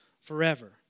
forever